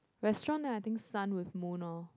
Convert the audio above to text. restaurant then I think sun with moon lor